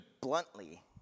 bluntly